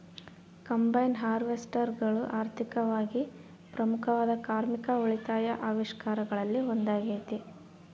combine ಹಾರ್ವೆಸ್ಟರ್ಗಳು ಆರ್ಥಿಕವಾಗಿ ಪ್ರಮುಖವಾದ ಕಾರ್ಮಿಕ ಉಳಿತಾಯ ಆವಿಷ್ಕಾರಗಳಲ್ಲಿ ಒಂದಾಗತೆ